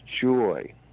joy